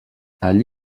allí